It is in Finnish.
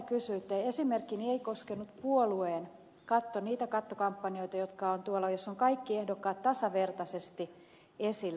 esimerkkini ei koskenut puolueen niitä kattokampanjoita joissa on kaikki ehdokkaat tasavertaisesti esillä